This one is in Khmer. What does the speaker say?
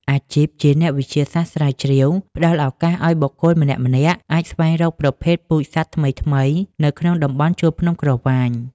អាជីពជាអ្នកវិទ្យាសាស្ត្រស្រាវជ្រាវ ផ្តល់ឱកាសឱ្យបុគ្គលម្នាក់ៗអាចស្វែងរកប្រភេទពូជសត្វថ្មីៗនៅក្នុងតំបន់ជួរភ្នំក្រវាញ។